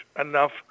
enough